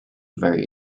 very